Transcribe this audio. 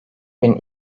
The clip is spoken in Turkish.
bin